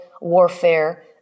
Warfare